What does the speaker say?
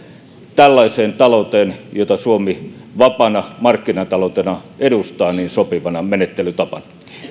tällaiseen talouteen jota suomi vapaana markkinataloutena edustaa sopivana menettelytapana